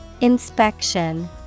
Inspection